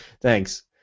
thanks